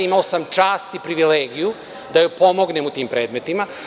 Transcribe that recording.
Imao sam čast i privilegiju da joj pomognem u tim predmetima.